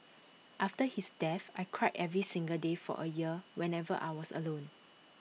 after his death I cried every single day for A year whenever I was alone